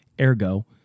Ergo